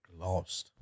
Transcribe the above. Lost